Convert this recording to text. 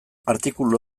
artikulu